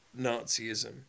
nazism